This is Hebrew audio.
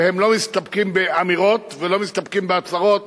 והם לא מסתפקים באמירות ובהצהרות